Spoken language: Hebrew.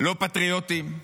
לא פטריוטים,